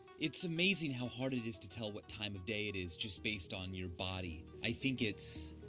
it's amazing how hard it is to tell what time of day it is just based on your body. i think it's.